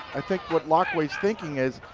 i think what laqua's thinking is,